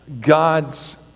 God's